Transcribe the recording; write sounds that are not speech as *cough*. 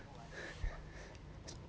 *laughs*